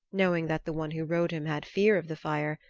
knowing that the one who rode him had fear of the fire,